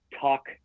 talk